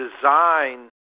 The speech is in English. design